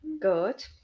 good